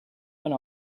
went